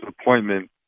appointment